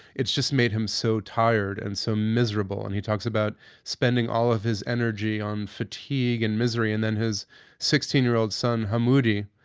it's just made him so tired and so miserable. and he talks about spending all of his energy on fatigue and misery and then his sixteen year old son, hamoudi,